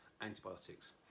antibiotics